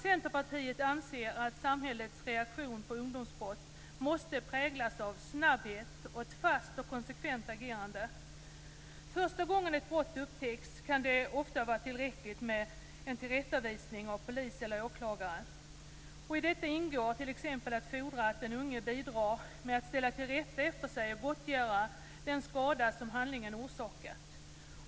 Centerpartiet anser att samhällets reaktion på ungdomsbrott måste präglas av snabbhet och av ett fast och konsekvent agerande. Första gången ett brott upptäcks kan det ofta vara tillräckligt med en tillrättavisning av polis eller åklagare. I detta ingår t.ex. att fordra att den unge bidrar med att ställa till rätta efter sig och gottgöra den skada som handlingen orsakat.